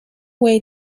way